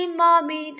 mommy